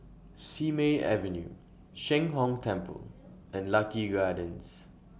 Simei Avenue Sheng Hong Temple and Lucky Gardens